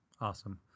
Awesome